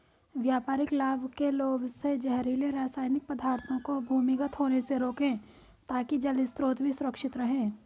व्यापारिक लाभ के लोभ से जहरीले रासायनिक पदार्थों को भूमिगत होने से रोकें ताकि जल स्रोत भी सुरक्षित रहे